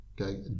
Okay